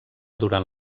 durant